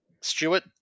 Stewart